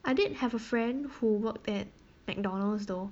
I did have a friend who worked at McDonald's though